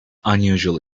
unusual